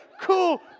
cool